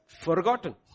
forgotten